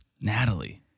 Natalie